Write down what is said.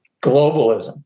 Globalism